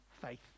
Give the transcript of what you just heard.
faith